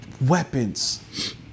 weapons